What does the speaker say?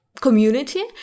community